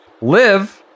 live